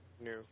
no